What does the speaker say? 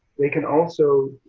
they can also